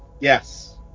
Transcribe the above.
yes